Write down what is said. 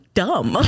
dumb